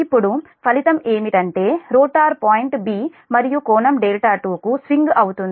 ఇప్పుడు ఫలితం ఏమిటంటే రోటర్ పాయింట్ 'b' మరియు కోణం2 కు స్వింగ్ అవుతుంది